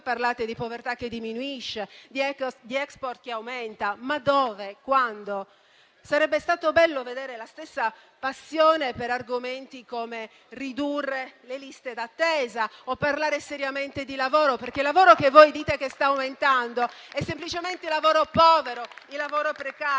Parlate di povertà che diminuisce e di *export* che aumenta. Ma dove? Quando? Sarebbe stato bello vedere la stessa passione per argomenti come ridurre le liste d'attesa o sarebbe stato bello parlare seriamente di lavoro. Il lavoro che voi dite che sta aumentando è semplicemente il lavoro povero, il lavoro precario.